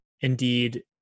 indeed